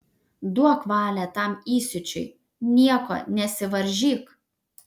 duok valią tam įsiūčiui nieko nesivaržyk